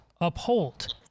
uphold